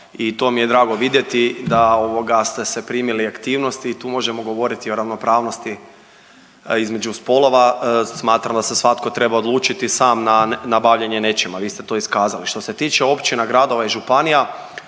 i to mi je drago vidjeti da ovoga ste se primili aktivnosti i tu možemo govoriti o ravnopravnosti između spolova. Smatram da se svatko treba odlučiti sam na bavljenje nečime, a vi ste to iskazali. Što se tiče općina, gradova i županija